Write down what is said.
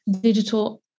digital